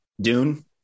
Dune